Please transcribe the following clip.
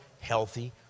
healthy